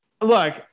Look